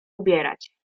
ubierać